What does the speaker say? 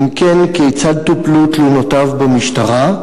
2. אם כן, כיצד טופלו תלונותיו במשטרה?